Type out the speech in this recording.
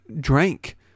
drank